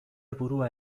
burua